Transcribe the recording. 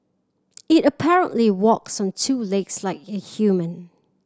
it apparently walks on two legs like a human